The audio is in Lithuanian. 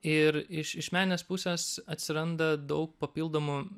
ir iš iš meninės pusės atsiranda daug papildomų